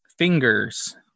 fingers